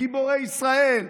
גיבורי ישראל,